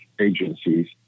agencies